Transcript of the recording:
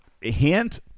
hint